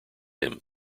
him